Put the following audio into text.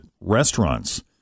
restaurants